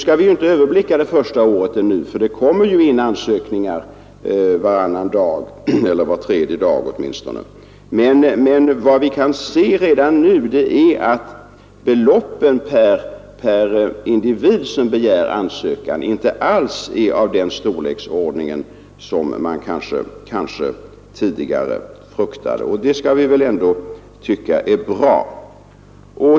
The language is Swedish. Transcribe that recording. Nu kan vi ju ännu inte överblicka utfallet under det första året, ty det kommer ju in ansökningar varannan eller åtminstone var tredje dag, men vi kan redan nu se att beloppen per individ som begär ersättning inte alls är av den storleksordning som man kanske tidigare fruktade, och det skall vi väl tycka är bra.